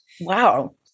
Wow